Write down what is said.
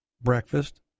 breakfast